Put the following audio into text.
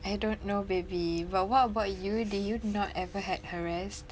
I don't know baby but what about you do you not ever had harassed